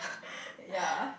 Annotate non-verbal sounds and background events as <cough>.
<laughs> ya